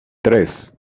tres